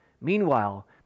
Meanwhile